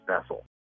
vessel